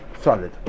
solid